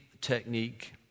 technique